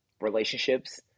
relationships